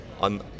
on